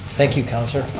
thank you councilor.